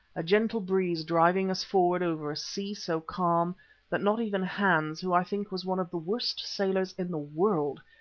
a gentle breeze driving us forward over a sea so calm that not even hans, who i think was one of the worst sailors in the world,